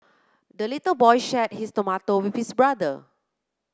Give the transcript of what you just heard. the little boy shared his tomato with his brother